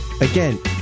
again